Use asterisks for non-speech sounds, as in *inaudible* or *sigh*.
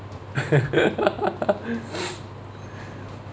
*laughs* *noise*